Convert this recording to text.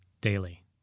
daily